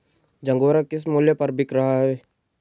झंगोरा किस मूल्य पर बिक रहा है?